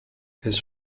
his